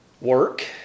work